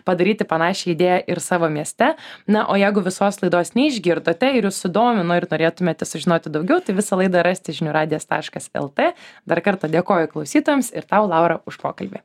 padaryti panašią idėją ir savo mieste na o jeigu visos laidos neišgirdote ir jus sudomino ir norėtumėte sužinoti daugiau tai visą laidą rasite žinių radijas taškas lt dar kartą dėkoju klausytojams ir tau laura už pokalbį